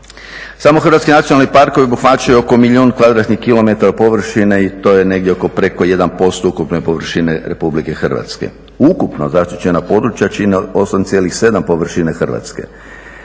Samo hrvatski nacionalni parkovi obuhvaćaju oko milijun kvadratnih km površine i to je negdje oko preko 1% ukupne površine RH. Ukupno zaštićena područja čine 8,7% površine Hrvatske.